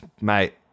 mate